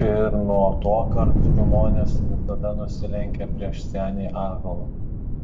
ir nuo tuokart šimonis visada nusilenkia prieš senį ąžuolą